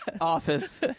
office